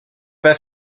pas